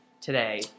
today